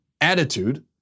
attitude